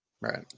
Right